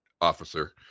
officer